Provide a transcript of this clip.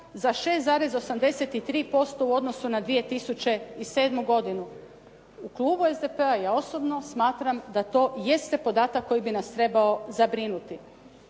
za 6,83% u odnosu na 2007. godinu. U klubu SDP-a i ja osobno smatram da to jeste podatak koji bi nas trebao zabrinuti.